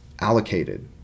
allocated